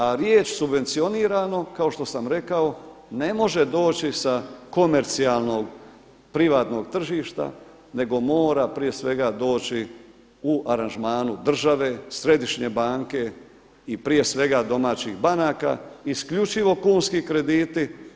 A riječ subvencionirano kao što sam rekao ne može doći sa komercijalnog, privatnog tržišta, nego mora prije svega doći u aranžmanu države, Središnje banke i prije svega domaćih banaka, isključivo kunski krediti.